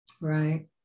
Right